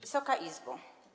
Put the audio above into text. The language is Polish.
Wysoka Izbo!